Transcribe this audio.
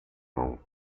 vente